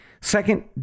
Second